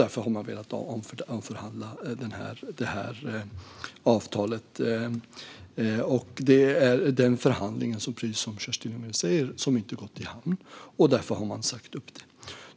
Därför har man velat omförhandla avtalet. Precis som Kerstin Lundgren säger har förhandlingen inte förts i hamn, och därför har man sagt upp avtalet.